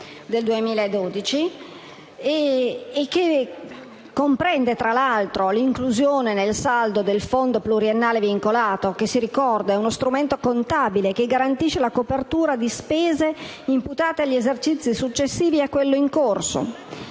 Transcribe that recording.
del 2012, che comprendono, tra l'altro, l'inclusione nel saldo del Fondo pluriennale vincolato (strumento contabile che garantisce la copertura di spese imputate in esercizi successivi a quello in corso),